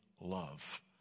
love